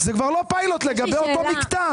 זה כבר לא פיילוט לגבי אותו מקטע.